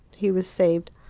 he was saved.